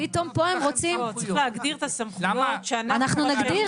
פתאום פה הם רוצים -- צריך להגדיר את הסמכויות -- אנחנו נגדיר,